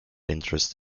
interest